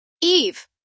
Eve